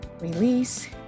release